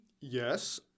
Yes